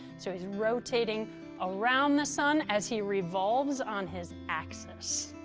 so he's rotating around the sun, as he revolves on his axis.